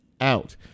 out